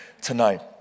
tonight